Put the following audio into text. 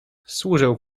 służę